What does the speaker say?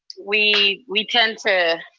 we we tend to,